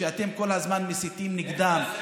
שאתם כל הזמן מסיתים נגדם.